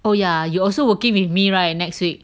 oh yeah you also working with me right next week